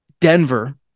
Denver